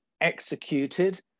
executed